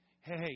Hey